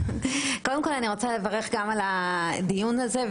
קודם כל אני רוצה לברך על הדיון הזה,